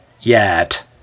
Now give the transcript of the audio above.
yet